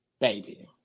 baby